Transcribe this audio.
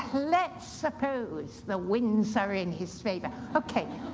let's suppose the winds are in his favor. okay,